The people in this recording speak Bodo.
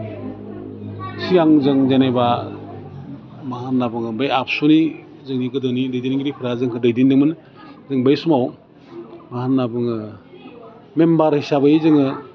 सिगां जों जेनेबा मा होन्ना बुङो बे आबसुनि जोंनि गोदोनि दैदेनगिरिफ्रा जोंखौ दैदेनदोंमोन जों बै समाव मा होन्ना बुङो मेमबार हिसाबै जोङो